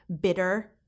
bitter